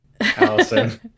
allison